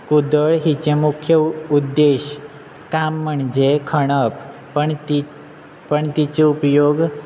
कुदळ हिचें मुख्य उद्देश काम म्हणजे खणप पण तिचे पण तिचे उपयोग